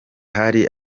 hari